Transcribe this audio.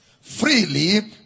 Freely